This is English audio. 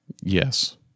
Yes